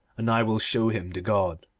and i will show him the god.